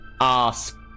ask